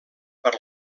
per